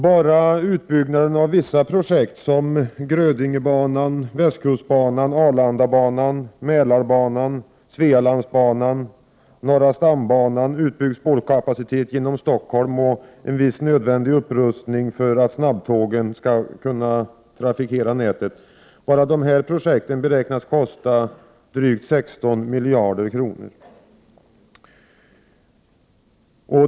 Bara utbyggnaderna av vissa projekt som Grödingebanan, västkustbanan, Arlandabanan, Mälarbanan, Svealandsbanan, norra stambanan, | utbyggd spårkapacitet genom Stockholm och en viss nödvändig upprustning för att snabbtågen skall kunna trafikera nätet beräknas kosta drygt 16 miljarder kronor.